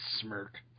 smirk